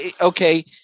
Okay